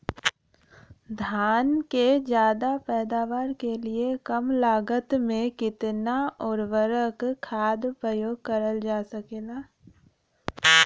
धान क ज्यादा पैदावार के लिए कम लागत में कितना उर्वरक खाद प्रयोग करल जा सकेला?